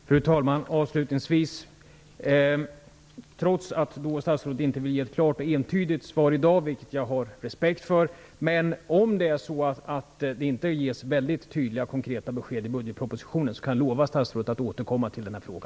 Fru talman! Avslutningsvis vill jag säga att jag har respekt för att statsrådet inte vill ge ett klart och entydigt svar i dag. Om det inte ges väldigt tydliga och konkreta besked i budgetpropositionen kan jag lova statsrådet att återkomma till denna fråga.